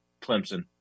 Clemson